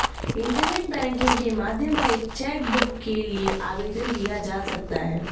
internet banking के माध्यम से चैकबुक के लिए आवेदन दिया जा सकता है